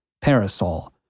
parasol